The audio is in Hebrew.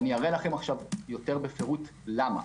אראה יותר בפירוט למה.